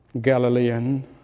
Galilean